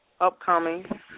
upcoming